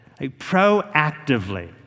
proactively